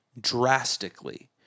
drastically